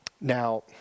now